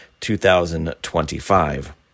2025